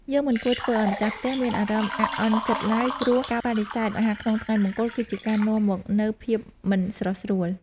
យើងមិនគួរធ្វើឱ្យម្ចាស់ផ្ទះមានអារម្មណ៍អាក់អន់ចិត្តឡើយ ព្រោះការបដិសេធអាហារក្នុងថ្ងៃមង្គល គឺជាការនាំមកនូវភាពមិនស្រុះស្រួល។